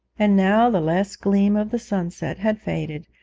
and now the last gleam of the sunset had faded,